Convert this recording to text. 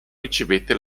ricevette